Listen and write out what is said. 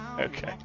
okay